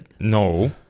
no